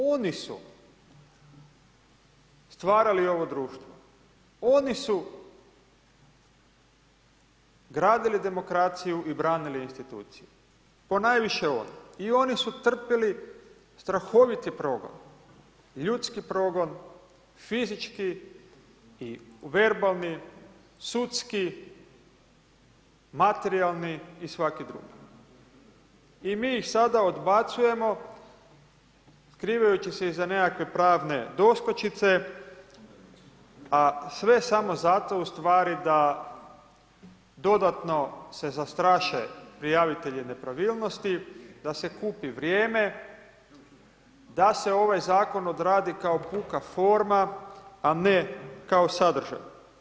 Oni su stvarali ovo društvo, oni su gradili demokraciju i branili institucije ponajviše oni i oni su trpili strahoviti progon, ljudski progon, fizički i verbalni, sudski, materijalni i svaki drugi i mi ih sada odbacujemo skrivajući se iza nekakve pravne doskočice, a sve samo zato u stvari da dodatno se zastraše prijavitelji nepravilnosti, da se kupi vrijeme, da se ovaj zakon odradi kao puka forma, a ne kao sadržaj.